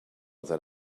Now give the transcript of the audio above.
that